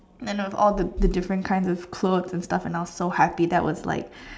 and then with all the different kind of clothes and stuff I was so happy that was like